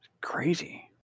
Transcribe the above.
crazy